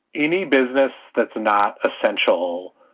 any business that's not essential,